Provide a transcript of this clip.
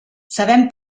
sabem